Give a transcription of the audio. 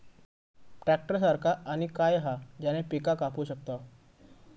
Tractor सारखा आणि काय हा ज्याने पीका कापू शकताव?